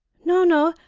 no, no,